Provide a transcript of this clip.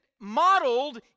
modeled